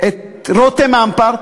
"רותם אמפרט"